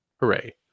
Hooray